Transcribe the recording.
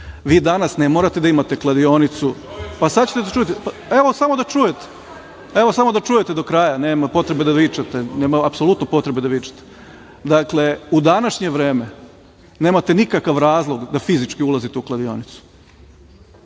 Vi danas ne morate da imate kladionicu. Evo samo da čujete do kraja, nema potrebe da vičete, nema apsolutno potrebe da vičete. Dakle, u današnje vreme nemate nikakav razlog da fizički ulazite u kladionicu.